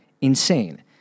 insane